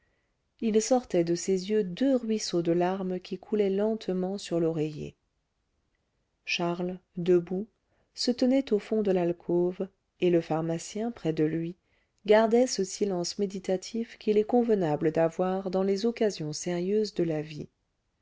il sortait de ses yeux deux ruisseaux de larmes qui coulaient lentement sur l'oreiller charles debout se tenait au fond de l'alcôve et le pharmacien près de lui gardait ce silence méditatif qu'il est convenable d'avoir dans les occasions sérieuses de la vie